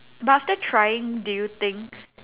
but after trying did you think